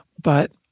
but,